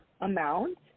amount